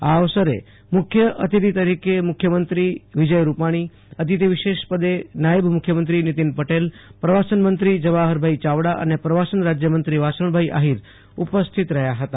આ અવસરે મુખ્ય અતિથી તરીકે મુખ્યમંત્રી વિજય રૂપાણી અતિથી વિશેષ પદે નાયબ મુખ્યમંત્રી નીતિન પટેલ પ્રવાસન મંત્રી જવાહર ચાવડા અને પ્રવાસન રાજ્યમંત્રી વાસણભાઈ આહીર ઉપસ્થિત રહ્યા હતા